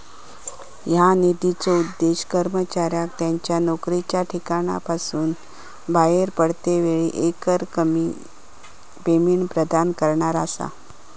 ह्या निधीचो उद्देश कर्मचाऱ्यांका त्यांच्या नोकरीच्या ठिकाणासून बाहेर पडतेवेळी एकरकमी पेमेंट प्रदान करणा असा